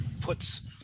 puts